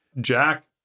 Jack